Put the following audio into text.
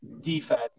defense